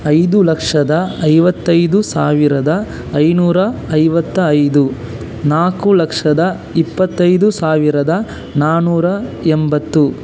ಐದು ಲಕ್ಷದ ಐವತ್ತೈದು ಸಾವಿರದ ಐದುನೂರ ಐವತ್ತ ಐದು ನಾಲ್ಕು ಲಕ್ಷದ ಇಪ್ಪತ್ತೈದು ಸಾವಿರದ ನಾಲ್ಕುನೂರ ಎಂಬತ್ತು